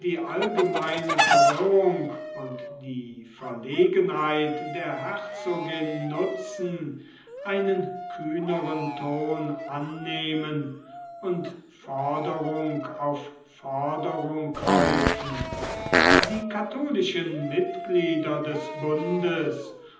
allgemeine verwirrung und die verlegenheit der herzogin nutzen einen kühneren ton annehmen und forderung auf forderung häufen die katholischen mitglieder des bundes